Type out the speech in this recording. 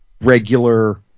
regular